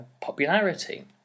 popularity